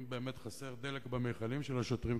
אם באמת חסר דלק במכלים של השוטרים,